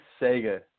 Sega